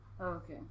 Okay